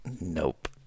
Nope